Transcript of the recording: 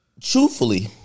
truthfully